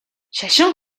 шашин